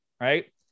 right